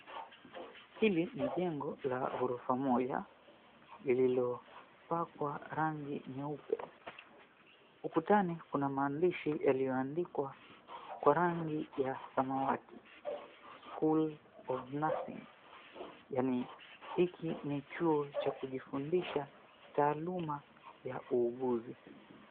Hili ni jengo la gorofa moja lililopakwa rangi nyeupe. Ukutani kuna maandishi yaliyoandikwa kwa rangi ya samawati, "SCHOOL OF NURSING," yaani hiki ni chuo cha kujifundisha taaluma ya uuguzi.